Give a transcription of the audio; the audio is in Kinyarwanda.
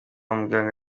muganga